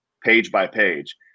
page-by-page